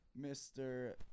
Mr